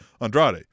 Andrade